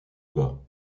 bas